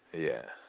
yeah.